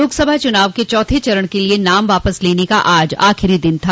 लोकसभा चुनाव के चौथे चरण के लिए नाम वापस लेने का आज आखिरी दिन था